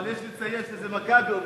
אבל יש לציין שזה "מכבי אום-אל-פחם".